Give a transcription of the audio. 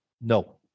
No